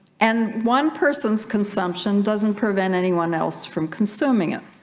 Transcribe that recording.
and one person's consumption doesn't prevent anyone else from consuming it